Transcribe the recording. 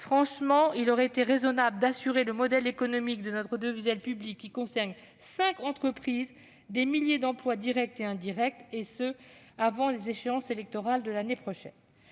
Franchement, il aurait été raisonnable d'assurer le modèle économique de notre audiovisuel public, qui concerne cinq entreprises et des milliers d'emplois directs et indirects, avant les échéances électorales de l'année prochaine.